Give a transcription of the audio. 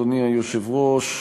אדוני היושב-ראש,